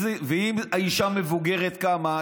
ואם האישה מבוגרת, כמה?